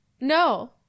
No